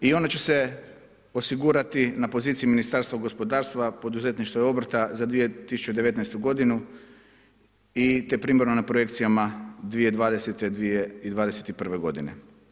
I ona će se osigurati na poziciji Ministarstva gospodarstva, poduzetništva i obrta za 2019. godinu i te primarno na projekcijama 2020., 2021. godine.